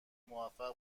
موفق